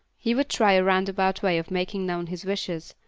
he would try a roundabout way of making known his wishes,